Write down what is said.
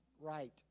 right